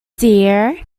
dear